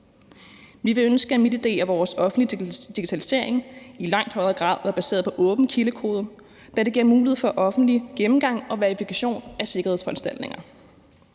Vi ville ønske, at MitID og vores offentlige digitalisering i langt højere grad var baseret på åben kildekode, da det giver mulighed for offentlig gennemgang og verifikation af sikkerhedsforanstaltninger.